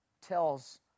tells